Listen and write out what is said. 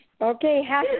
Okay